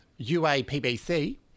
UAPBC